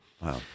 Wow